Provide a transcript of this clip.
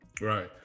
Right